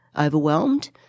overwhelmed